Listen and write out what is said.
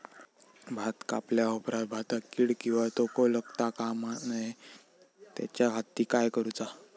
भात कापल्या ऑप्रात भाताक कीड किंवा तोको लगता काम नाय त्याच्या खाती काय करुचा?